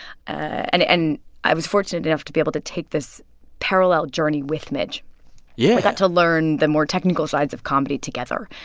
and and i was fortunate enough to be able to take this parallel journey with midge yeah we got to learn the more technical sides of comedy together.